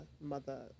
mother